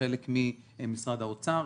כחלק ממשרד האוצר.